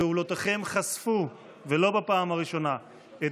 פעולותיכם חשפו ולא בפעם הראשונה את